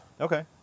Okay